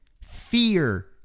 Fear